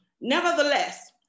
Nevertheless